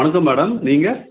வணக்கம் மேடம் நீங்கள்